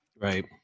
Right